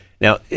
Now